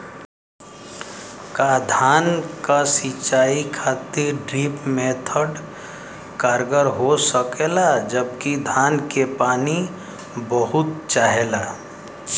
का धान क सिंचाई खातिर ड्रिप मेथड कारगर हो सकेला जबकि धान के पानी बहुत चाहेला?